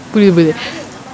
புரிது புரிது:purithu purithu